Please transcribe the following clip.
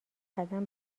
قدم